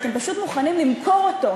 ואתם פשוט מוכנים למכור אותו,